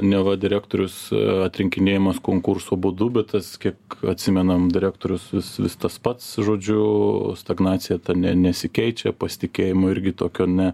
neva direktorius atrinkinėjamas konkurso būdu bet tas kiek atsimenam direktorius vis vis tas pats žodžiu stagnacija ta ne nesikeičia pasitikėjimo irgi tokio ne